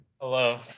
hello